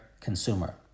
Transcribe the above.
consumer